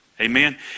Amen